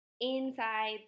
inside